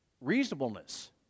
reasonableness